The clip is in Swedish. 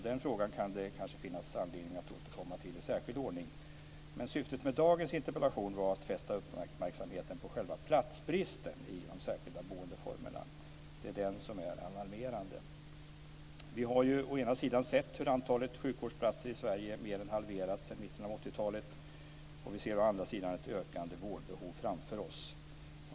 Den frågan kan det finnas anledning att återkomma till i särskild ordning. Syftet med dagens interpellation var emellertid att fästa uppmärksamheten på själva platsbristen i de särskilda boendeformerna. Det är den som är alarmerande. Vi har å ena sidan sett hur antalet sjukvårdsplatser i Sverige har mer än halverats sedan mitten av 80 talet. Vi ser å andra sidan ett ökande vårdbehov framför oss.